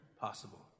possible